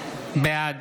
בעד